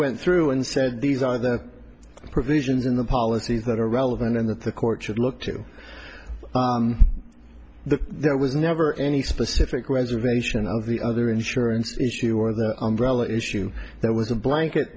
went through and said these are the provisions in the policy that are relevant and that the court should look to the there was never any specific reservation of the other insurance issue or the umbrella issue there was a blanket